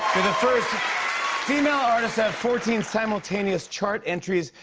first female artist to have fourteen simultaneous chart entries.